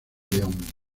león